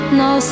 no